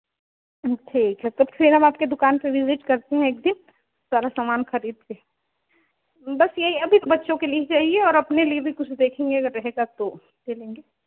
ठीक है तो फिर हम आपके दुकान पर विज़िट करते हैं एक दिन सारा सामान खरीद कर बस यही अभी तो बच्चों के लिए ही चाहिए और अपने लिए भी कुछ देखेंगे अगर रहेगा तो ले लेंगे